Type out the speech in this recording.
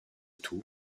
tout